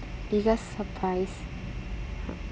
biggest surprise